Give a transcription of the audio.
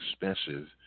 expensive